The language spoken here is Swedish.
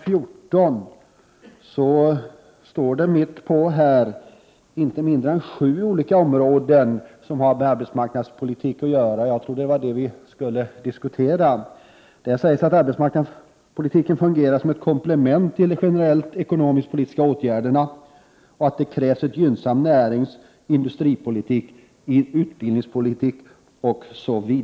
14 skall hon finna att där står om inte mindre än sju olika områden som har med arbetsmarknadspolitik att göra. Jag trodde det var det vi skulle diskutera. Där sägs att ”arbetsmarknadspolitiken fungerar som ett komplement till de generella ekonomisk-politiska åtgärderna. Det krävs också en gynnsam näringsoch industripolitik, utbildningspolitik osv”.